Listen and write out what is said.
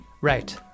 Right